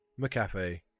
McAfee